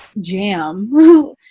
jam